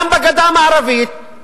גם בגדה המערבית,